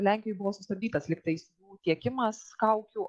lenkijoj buvo sustabdytas liktais jų tiekimas kaukių